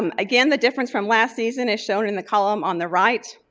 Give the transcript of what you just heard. um again, the difference from last season is shown in the column on the right.